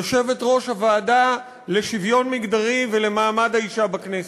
יושבת-ראש הוועדה לקידום מעמד האישה ולשוויון מגדרי בכנסת,